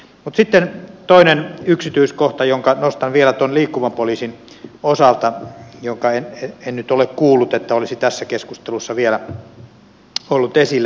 mutta sitten toinen yksityiskohta jonka nostan vielä tuon liikkuvan poliisin osalta en nyt ole kuullut että se olisi tässä keskustelussa vielä ollut esillä